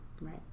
Right